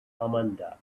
amanda